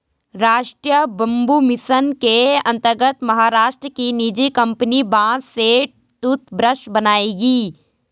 राष्ट्रीय bamboo mission के अंतर्गत महाराष्ट्र की निजी कंपनी बांस से टूथब्रश बनाएगी